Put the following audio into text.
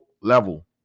level